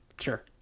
Sure